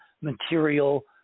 material